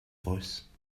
voice